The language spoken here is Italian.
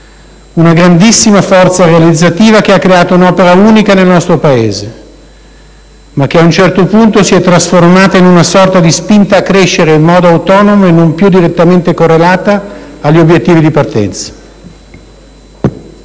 una grandissima forza realizzativa che ha creato un'opera unica nel nostro Paese, ma che a un certo punto si è trasformata in una sorta di spinta a crescere in modo autonomo e non più direttamente correlata agli obiettivi di partenza.